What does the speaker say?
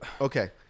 Okay